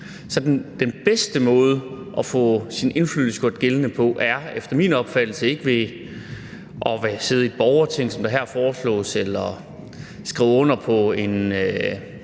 Så den bedste måde at få sin indflydelse gjort gældende på er efter min opfattelse ikke at sidde i et borgerting, som der foreslås her, eller at skrive under på et